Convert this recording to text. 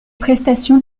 prestations